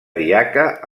diaca